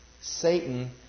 Satan